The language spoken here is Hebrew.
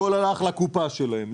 הכול הלך לקופה שלהם.